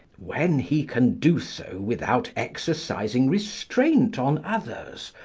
when he can do so without exercising restraint on others,